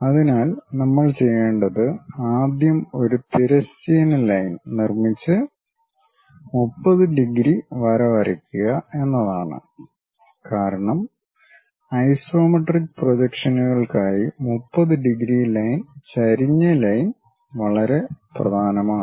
അതിനാൽ നമ്മൾ ചെയ്യേണ്ടത് ആദ്യം ഒരു തിരശ്ചീന ലൈൻ നിർമ്മിച്ച് 30 ഡിഗ്രി വര വരയ്ക്കുക എന്നതാണ് കാരണം ഐസോമെട്രിക് പ്രൊജക്ഷനുകൾക്കായി 30 ഡിഗ്രി ലൈൻ ചരിഞ്ഞ ലൈൻ വളരെ പ്രധാനമാണ്